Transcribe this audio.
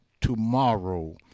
tomorrow